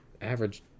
Average